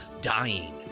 dying